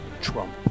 Trump